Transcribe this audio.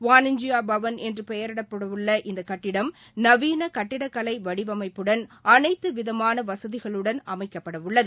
வாளிஞ்யா பவன் என்று பெயரிடப்படவுள்ள இந்தக் கட்டிடம் நவீன கட்டிடக் கலை வடிவமைப்புடன் அனைத்துவிதமான வசதிகளுடன் அமைக்கப்படவுள்ளது